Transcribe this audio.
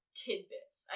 tidbits